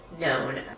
known